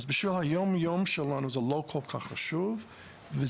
בשביל היום-יום שלנו זה לא כל כך חשוב וזה